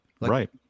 Right